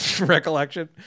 recollection